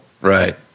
Right